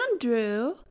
andrew